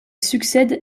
succède